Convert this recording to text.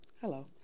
hello